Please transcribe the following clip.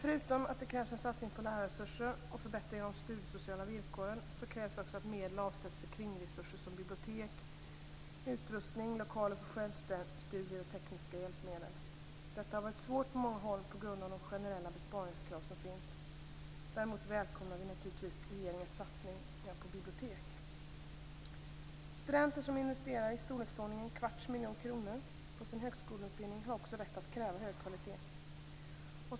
Förutom att det krävs en satsning på lärarresurser och en förbättring av de studiesociala villkoren krävs det också att medel avsätts för kringresurser som bibliotek, utrustning, lokaler för självstudier och tekniska hjälpmedel. Detta har varit svårt på många håll på grund av de generella besparingskrav som finns. Däremot välkomnar vi naturligtvis regeringens satsning på bibliotek. Studenter, som investerar i storleksordningen en kvarts miljon kronor på sin högskoleutbildning, har också rätt att kräva hög kvalitet.